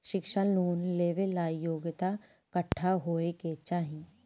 शिक्षा लोन लेवेला योग्यता कट्ठा होए के चाहीं?